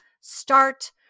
start